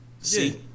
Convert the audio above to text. see